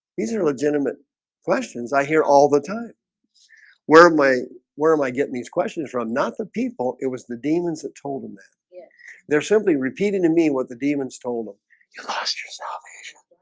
these are legitimate questions. i hear all the time where am i where am i getting these question is from not the people it was the demons that told them that yeah they're simply repeating to me what the demons told them ah